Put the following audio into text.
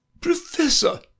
Professor